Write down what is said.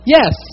Yes